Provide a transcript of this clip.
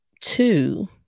two